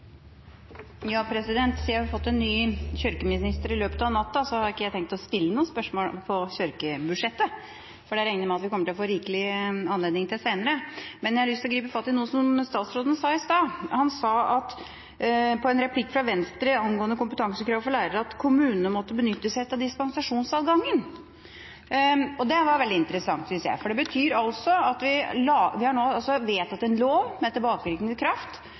har fått en ny kirkeminister i løpet av natta, har ikke jeg tenkt å stille noen spørsmål til kirkebudsjettet – for det regner jeg med vi kommer til å få rikelig anledning til senere. Men jeg har lyst til å gripe fatt i noe som statsråden sa i stad. Han sa – på en replikk fra Venstre angående kompetansekravet for lærere – at kommunene måtte benytte seg av dispensasjonsadgangen. Det var veldig interessant, synes jeg, for det betyr at vi har nå vedtatt en lov med tilbakevirkende kraft,